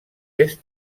est